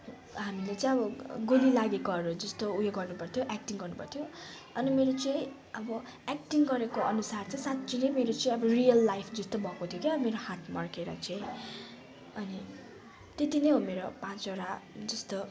हामीले चाहिँ अब गोली लागेकोहरूजस्तो उयो गर्नु पर्थ्यो एक्टिङ गर्नु पर्थ्यो अनि मेरो चाहिँ अब एक्टिङ गरेको अनुसार चाहिँ साँच्ची नै मेरो चाहिँ अब रियल लाइफजस्तो भएको थियो क्या मेरो हात मर्केर चाहिँ अनि त्यति नै हो मेरो पाँचवटा जस्तो